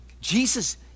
Jesus